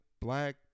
black